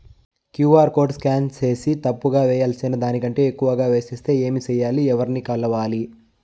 QR code scan సేసి తప్పు గా వేయాల్సిన దానికంటే ఎక్కువగా వేసెస్తే ఏమి సెయ్యాలి? ఎవర్ని కలవాలి?